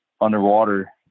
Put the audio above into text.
underwater